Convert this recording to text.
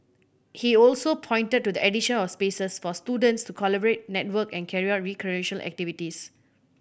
he also pointed to the addition of spaces for students to collaborate network and carry out recreational activities